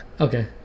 Okay